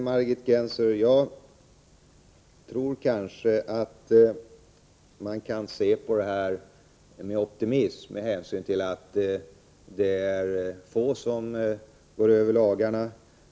Margit Gennser och jag tror kanske att man kan se mer optimistiskt på detta med hänsyn till att det är få som överträder lagarna.